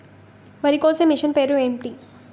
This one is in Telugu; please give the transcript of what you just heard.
వరి కోసే మిషన్ పేరు ఏంటి